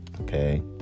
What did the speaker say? Okay